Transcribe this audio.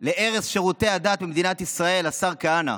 להרס שירותי הדת במדינת ישראל, השר כהנא,